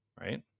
right